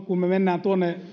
kun me menemme